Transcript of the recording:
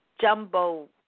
jumbo